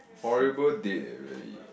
horrible date eh really